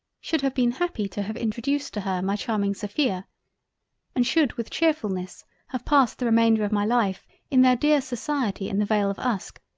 should have been happy to have introduced to her, my charming sophia and should with chearfullness have passed the remainder of my life in their dear society in the vale of uske,